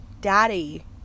Daddy